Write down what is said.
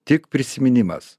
tik prisiminimas